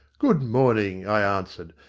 good-morning, i answered.